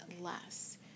less